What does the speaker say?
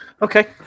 Okay